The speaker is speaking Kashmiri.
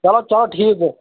چَلوٗ چَلوٗ ٹھیٖک گوٚو